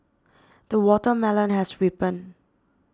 the watermelon has ripened